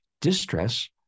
distress